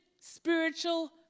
spiritual